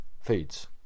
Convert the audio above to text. feeds